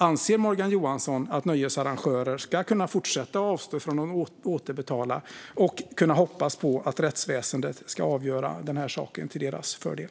Anser Morgan Johansson att nöjesarrangörer ska kunna fortsätta att avstå från att återbetala och hoppas på att rättsväsendet avgör saken till deras fördel?